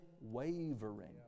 wavering